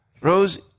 Rose